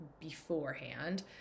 beforehand